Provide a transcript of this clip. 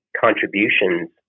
contributions